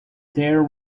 there